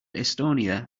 estonia